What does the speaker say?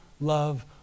love